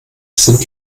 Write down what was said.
sind